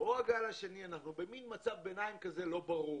הגל השני אנחנו במין מצב ביניים כזה, לא ברור